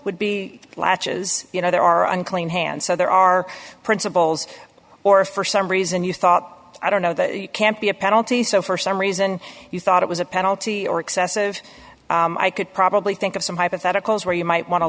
would be latches you know there are unclean hands so there are principles or for some reason you thought i don't know that can't be a penalty so for some reason you thought it was a penalty or excessive i could probably think of some hypotheticals where you might wan